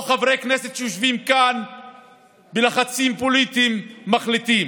לא חברי כנסת שיושבים כאן ובלחצים פוליטיים מחליטים.